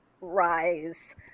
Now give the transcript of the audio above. rise